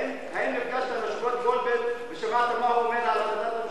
האם נפגשת עם השופט גולדברג ושמעת מה הוא אומר על החלטת הממשלה?